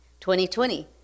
2020